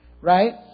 Right